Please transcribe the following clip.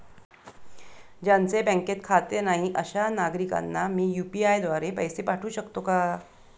ज्यांचे बँकेत खाते नाही अशा नागरीकांना मी यू.पी.आय द्वारे पैसे पाठवू शकतो का?